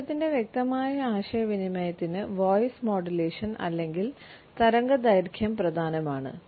സന്ദേശത്തിന്റെ വ്യക്തമായ ആശയവിനിമയത്തിന് വോയ്സ് മോഡുലേഷൻ അല്ലെങ്കിൽ തരംഗദൈർഘ്യം പ്രധാനമാണ്